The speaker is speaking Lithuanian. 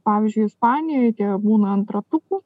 pavyzdžiui ispanijoj tie būna ant ratukų